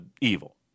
Evil